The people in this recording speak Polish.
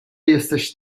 jesteś